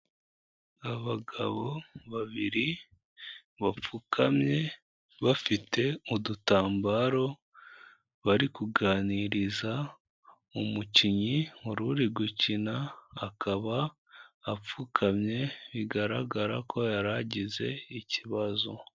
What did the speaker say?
Abagabo babiri bapfukamye bafite udutambaro, bari kuganiriza umukinnyi wari uri gukina, akaba apfukamye bigaragara ko yari agize ikibazo.